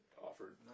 offered